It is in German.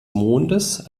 mondes